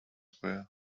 were